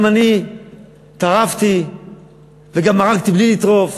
גם אני טרפתי וגם הרגתי בלי לטרוף.